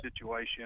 situation